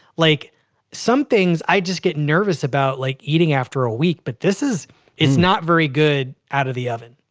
like some things i just get nervous about like eating after a week, but this is is not very good out of the oven.